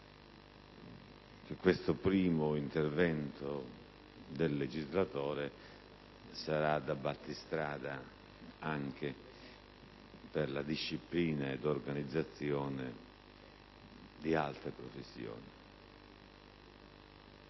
questo primo intervento del legislatore farà da battistrada anche per la disciplina e l'organizzazione di altre professioni.